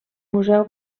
museu